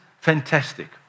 fantastic